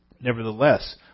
Nevertheless